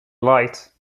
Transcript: light